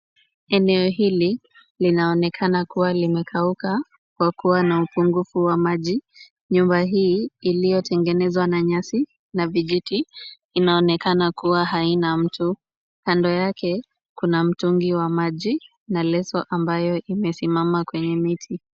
Eneo hili linaonekana kuwa limekauka, kwa kuwa na upungufu wa maji. Nyumba hii iliyotengenezwa na nyasi na vijiti inaonekana kuwa haina mtu. Kando yake, kuna mtungi wa maji na leso ambayo imesimama kwenye miti.